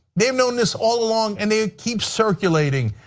they have known this all along and they keep circulating.